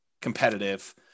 competitive